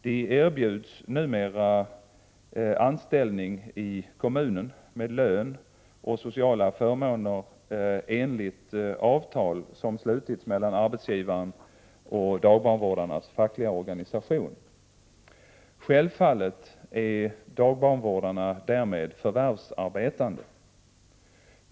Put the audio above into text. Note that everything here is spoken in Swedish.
De erbjuds numera anställning i kommunen med lön och sociala förmåner enligt avtal som slutits mellan arbetsgivaren och dagbarnvårdarnas fackliga organisation. Självfallet är dagbarnvårdarna därmed förvärvsarbetande.